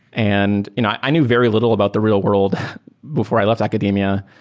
and you know i i knew very little about the real world before i left academia,